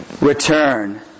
return